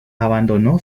abandonó